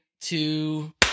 two